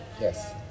Yes